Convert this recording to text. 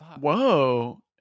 Whoa